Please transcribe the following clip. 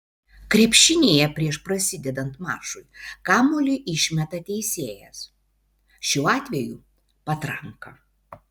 krepšinyje prieš prasidedant mačui kamuolį išmeta teisėjas šiuo atveju patranka